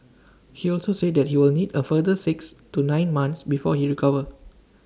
he also said that he will need A further six to nine months before he recover